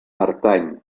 pertany